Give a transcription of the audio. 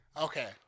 Okay